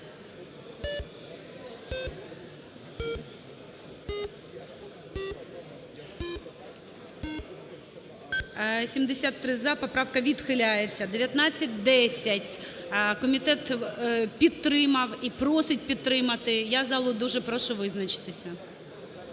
– за. Поправка відхиляється. 1912. Комітет підтримав і просить підтримати. Я прошу залу визначатися.